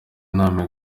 inama